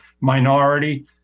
minority